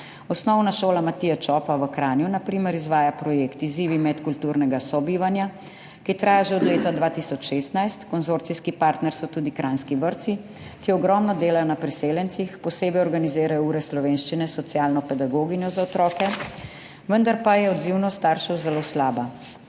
Osnovna šola Matije Čopa Kranju na primer izvaja projekt Izzivi medkulturnega sobivanja, ki traja že od leta 2016, konzorcijski partner so tudi kranjski vrtci, ki ogromno delajo na priseljencih, posebej organizirajo ure slovenščine, socialno pedagoginjo za otroke, vendar pa je odzivnost staršev zelo slaba.